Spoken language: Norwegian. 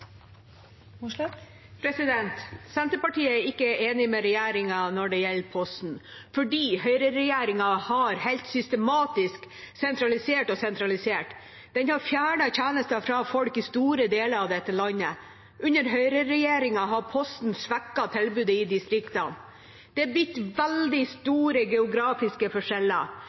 ikke enig med regjeringa når det gjelder Posten, for høyreregjeringa har helt systematisk sentralisert og sentralisert. Den har fjernet tjenester fra folk i store deler av dette landet. Under høyreregjeringa har Posten svekket tilbudet i distriktene. Det er blitt veldig store geografiske forskjeller.